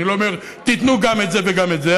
ואני לא אומר: תיתנו גם את זה וגם את זה,